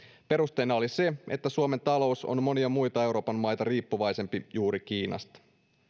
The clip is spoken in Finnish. perusteena oli se että suomen talous on monia muita euroopan maita riippuvaisempi juuri kiinasta